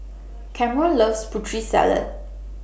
Camron loves Putri Salad